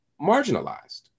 marginalized